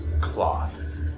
cloth